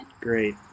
Great